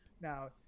now